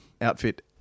outfit